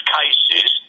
cases